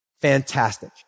Fantastic